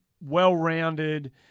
well-rounded